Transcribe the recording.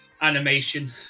animation